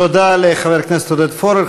תודה לחבר הכנסת עודד פורר.